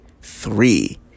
three